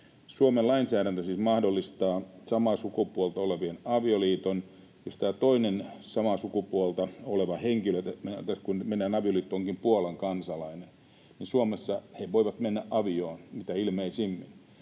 Suomen lainsäädäntö siis mahdollistaa samaa sukupuolta olevien avioliiton. Jos toinen samaa sukupuolta olevista henkilöistä, kun menevät avioliittoon, onkin Puolan kansalainen, niin kun Suomessa he voivat mennä avioon mitä ilmeisimmin,